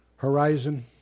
Horizon